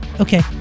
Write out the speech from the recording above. okay